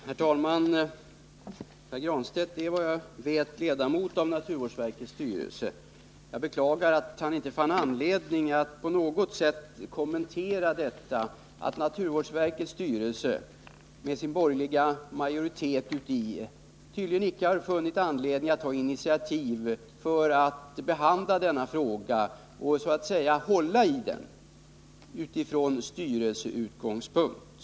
Herr talman! Pär Granstedt är såvitt jag vet ledamot av naturvårdsverkets styrelse. Jag beklagar att han inte fann anledning att på något sätt kommentera det förhållandet att naturvårdsverkets styrelse med sin borgerliga majoritet tydligen icke har sett det som motiverat att ta initiativ för att behandla denna fråga och så att säga hålla i den från styrelseutgångspunkt.